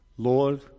Lord